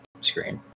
screen